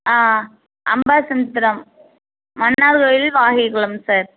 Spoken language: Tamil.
ஆ அம்பாசமுத்திரம் மன்னார்கோவில் வாகைக்குளம் சார்